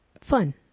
fun